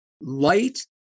light